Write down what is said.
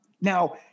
Now